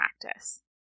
practice